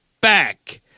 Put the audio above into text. back